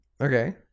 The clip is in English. Okay